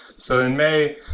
so in may,